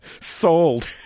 sold